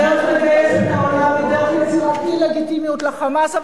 הדרך לגייס את העולם היא דרך יצירת אי-לגיטימיות ל"חמאס".